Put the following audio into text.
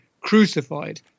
crucified